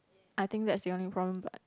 I think that's the only problem but